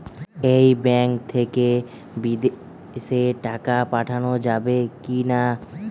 এই ব্যাঙ্ক থেকে বিদেশে টাকা পাঠানো যাবে কিনা?